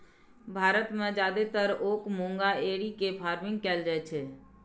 भारत मे जादेतर ओक मूंगा एरी के फार्मिंग कैल जाइ छै